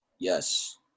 yes